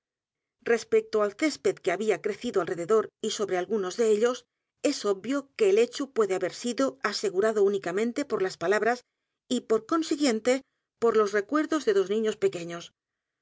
respecto al césped que había crecido alrededor y sobre algunos de ellos es obvio que el hecho puede haber sido asegurado únicamente por las palabras y por consiguiente por los recuerdos de dos niños pequeños